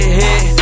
hit